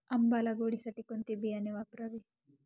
आंबा लागवडीसाठी कोणते बियाणे वापरावे?